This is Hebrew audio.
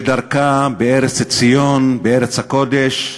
כדרכה בארץ ציון, בארץ הקודש,